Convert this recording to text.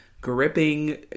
gripping